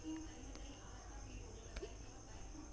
पिकाची लागवड झाल्यावर पाणी कायनं वळवा लागीन? ठिबक सिंचन की पट पाणी?